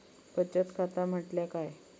बचत खाता म्हटल्या काय?